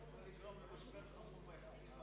הוא יכול לגרום למשבר חמור ביחסים עם